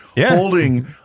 holding